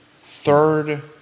Third